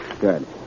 Good